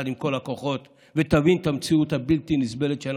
יחד עם כל הכוחות,